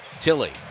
Tilly